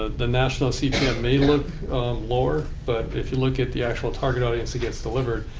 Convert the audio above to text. the national cpm may look lower. but if you look at the actual target audience that gets delivered,